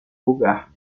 lugar